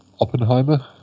Oppenheimer